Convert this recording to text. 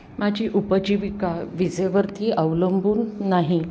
माझी उपजीविका विजेवरती अवलंबून नाही